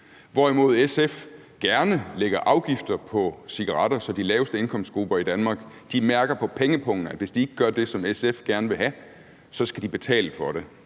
hvorimod SF gerne lægger afgifter på cigaretter, så de laveste indkomstgrupper mærker på pengepungen, at hvis de ikke gør det, som SF gerne vil have, så skal de betale for det.